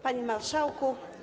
Panie Marszałku!